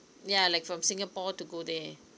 yeah like from singapore to go there